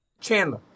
Chandler